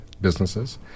businesses